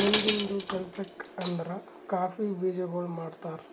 ಮುಂದಿಂದು ಕೆಲಸಕ್ ಅಂದುರ್ ಕಾಫಿ ಬೀಜಗೊಳ್ ಮಾಡ್ತಾರ್